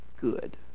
good